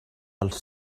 els